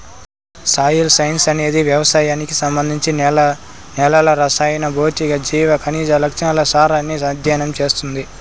soil science అనేది వ్యవసాయానికి సంబంధించి నేలల రసాయన, భౌతిక, జీవ, ఖనిజ, లవణాల సారాన్ని అధ్యయనం చేస్తుంది